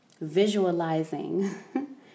visualizing